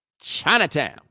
Chinatown